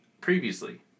previously